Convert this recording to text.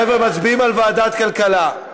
חבר'ה, מצביעים על ועדת כלכלה.